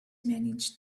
managed